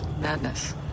madness